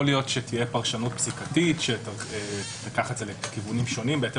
יכול להיות שתהיה פרשנות פסיקתית שתיקח את זה לכיוונים שונים בהתאם